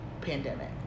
pandemic